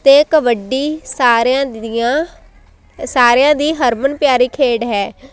ਅਤੇ ਕਬੱਡੀ ਸਾਰਿਆਂ ਦੀਆਂ ਸਾਰਿਆਂ ਦੀ ਹਰਮਨ ਪਿਆਰੀ ਖੇਡ ਹੈ